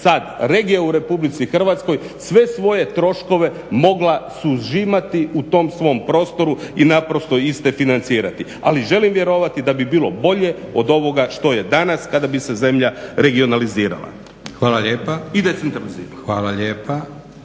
sad regija u RH sve svoje troškove mogla sužimati u tom svom prostoru i naprosto iste financirati. Ali želim vjerovati da bi bilo bolje od ovoga što je danas kada bi se zemlja regionalizirala i decentralizirala.